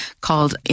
called